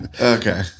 Okay